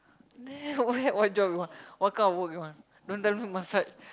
then where what job you want what kind of work you want don't tell me massage